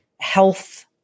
health